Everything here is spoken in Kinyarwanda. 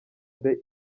mbe